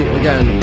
again